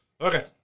Okay